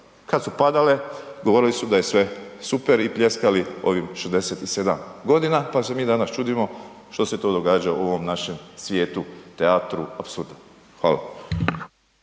Kad su padale govorili su da je sve super i pljeskali ovim 67 godina, pa se mi danas čudimo što se to događa u ovom našem svijetu, teatru apsurda. Hvala.